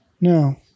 no